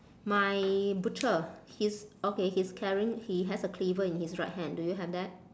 my butcher he's okay he's carrying he has a cleaver in his right hand do you have that